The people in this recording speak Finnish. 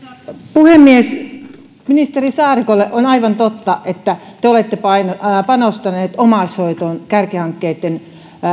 puhemies ministeri saarikolle on aivan totta että te olette panostanut omaishoitoon kärkihankkeitten